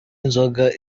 inzoga